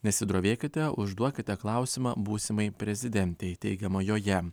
nesidrovėkite užduokite klausimą būsimai prezidentei teigiama joje